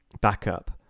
backup